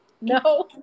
No